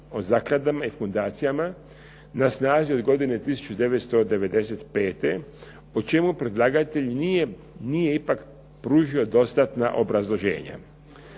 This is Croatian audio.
o zakladama i fundacijama na snazi od godine 1995. o čemu predlagatelj nije ipak pružio dostatna obrazloženja.